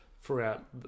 throughout